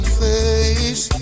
face